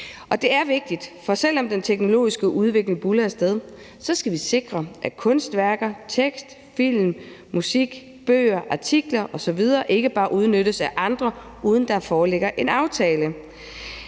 det er vigtigt, for selv om den teknologiske udvikling buldrer af sted, skal vi sikre, at kunstværker, tekst, film, musik, bøger, artikler osv. ikke bare udnyttes af andre, uden at der foreligger en aftale.